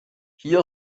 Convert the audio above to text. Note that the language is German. hier